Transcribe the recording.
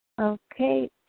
Okay